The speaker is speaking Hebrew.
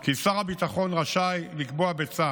כי שר הביטחון רשאי לקבוע בצו,